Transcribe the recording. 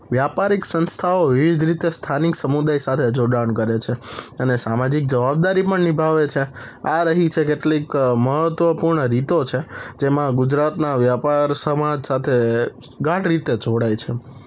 વ્યાપારિક સંસ્થાઓ એવી જ રીતે સ્થાનિક સમુદાય સાથે જોડાણ કરે છે અને સામાજિક જવાબદારી પણ નિભાવે છે આ રહી છે કેટલીક મહત્ત્વપૂર્ણ રીતો છે જેમાં ગુજરાતના વ્યાપાર સમાજ સાથે ગાઢ રીતે જોડાય છે